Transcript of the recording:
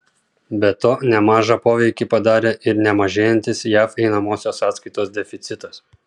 be to nemažą poveikį padarė ir nemažėjantis jav einamosios sąskaitos deficitas